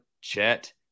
Chet